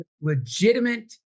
legitimate